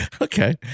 Okay